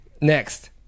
Next